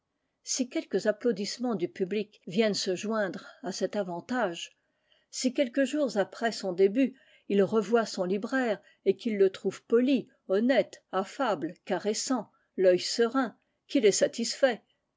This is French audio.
si quelques applaudissements du public viennent se joindre à cet avantage si quelques jours après son début il revoit son libraire et qu'il le trouve poli honnête affable caressant l'œil serein qu'il est satisfait